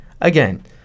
again